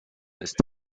ist